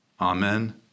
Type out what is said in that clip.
Amen